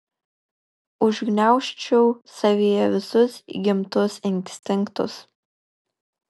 užgniaužčiau savyje visus įgimtus instinktus